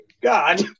God